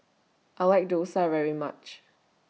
I like Thosai very much